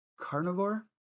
Carnivore